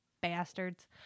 bastards